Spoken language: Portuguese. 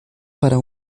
para